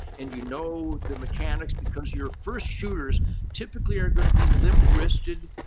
and you know the mechanics because your first shooters typically are going to be limp-wristed,